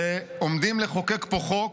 ועומדים לחוקק פה חוק